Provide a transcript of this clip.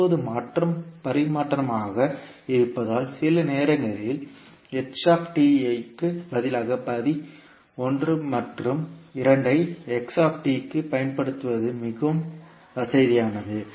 இப்போது மாற்றம் பரிமாற்றமாக இருப்பதால் சில நேரங்களில் க்கு பதிலாக படி ஒன்று மற்றும் இரண்டை க்குப் பயன்படுத்துவது மிகவும் வசதியானது